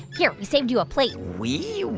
here, we saved you a plate we?